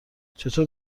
چطور